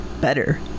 better